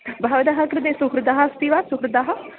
भवतः कृते सुहृत् अस्ति वा सुहृत्